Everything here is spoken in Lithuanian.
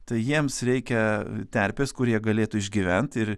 tai jiems reikia terpės kur jie galėtų išgyvent ir